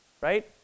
right